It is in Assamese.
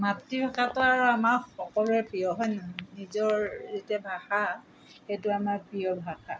মাতৃভাষাটো আৰু আমাৰ সকলোৰে প্ৰিয় হয় নহয় নিজৰ যেতিয়া ভাষা সেইটো আমাৰ প্ৰিয় ভাষা